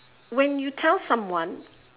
when you tell someone